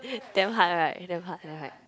damn hard right damn hard yea right